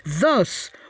Thus